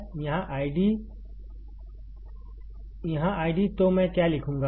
यहाँ आईडी तो मैं क्या लिखूंगा